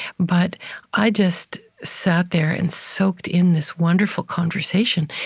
but i just sat there and soaked in this wonderful conversation,